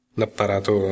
l'apparato